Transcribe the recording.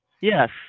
Yes